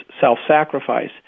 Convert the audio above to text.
self-sacrifice